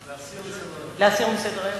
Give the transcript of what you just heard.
להסיר מסדר-היום.